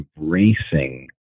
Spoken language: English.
embracing